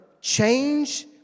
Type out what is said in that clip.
change